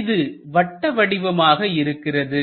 இது வட்டவடிவமாக இருக்கிறது